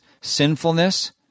sinfulness